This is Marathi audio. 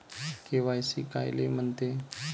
के.वाय.सी कायले म्हनते?